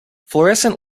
fluorescent